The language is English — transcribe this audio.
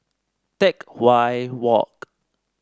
Teck Whye Walk